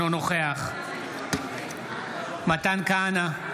אינו נוכח מתן כהנא,